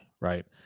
right